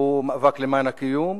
מאבק למען הקיום.